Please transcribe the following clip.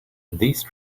these